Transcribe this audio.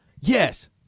yes